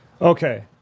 Okay